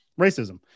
Racism